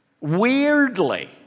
Weirdly